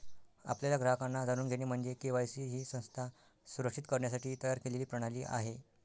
आपल्या ग्राहकांना जाणून घेणे म्हणजे के.वाय.सी ही संस्था सुरक्षित करण्यासाठी तयार केलेली प्रणाली आहे